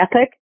ethic